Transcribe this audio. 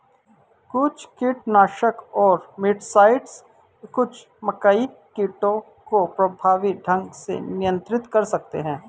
कुछ कीटनाशक और मिटसाइड्स कुछ मकई कीटों को प्रभावी ढंग से नियंत्रित कर सकते हैं